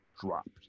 dropped